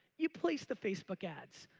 you place the facebook ads.